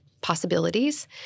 possibilities